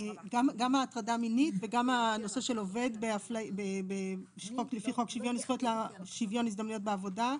גם ההטרדה מינית וגם הנושא של עובד לפי חוק שוויון הזדמנויות בעבודה,